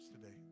today